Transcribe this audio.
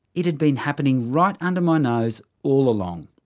it had been happening right under my nose all along!